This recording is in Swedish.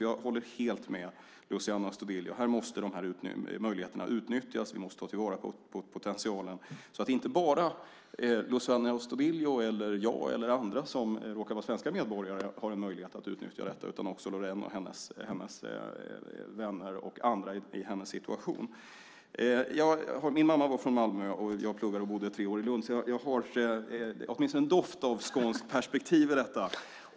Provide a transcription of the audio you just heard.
Jag håller helt med Luciano Astudillo. De här möjligheterna måste utnyttjas. Vi måste ta vara på potentialen, så att inte bara Luciano Astudillo eller jag eller andra som råkar vara svenska medborgare har möjlighet att utnyttja detta, utan också Loraine och hennes vänner och andra i hennes situation. Min mamma var från Malmö, och jag pluggade och bodde tre år i Lund, så jag har åtminstone en doft av skånskt perspektiv i detta.